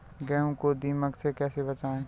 गेहूँ को दीमक से कैसे बचाएँ?